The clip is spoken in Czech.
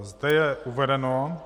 Zde je uvedeno: